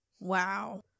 Wow